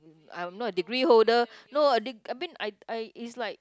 I'm not a degree holder no deg~ I mean I I it's like